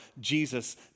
Jesus